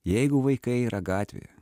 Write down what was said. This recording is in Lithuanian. jeigu vaikai yra gatvėje